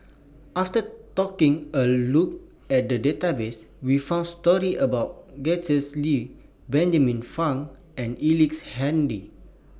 after taking A Look At The Database We found stories about Gretchen Liu Benjamin Frank and Ellice Handy